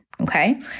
okay